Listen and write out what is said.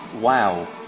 Wow